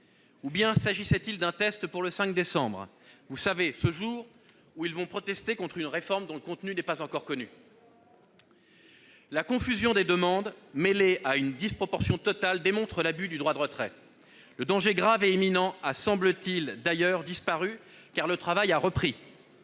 excédés. S'agissait-il plutôt d'un test pour le 5 décembre ? Vous savez, ce jour où les syndicats protesteront contre une réforme dont le contenu n'est pas encore connu ! La confusion des demandes mêlée à une disproportion totale démontre l'abus du droit de retrait. D'ailleurs, le danger grave et imminent a, semble-t-il, disparu, puisque le travail a repris,